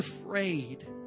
afraid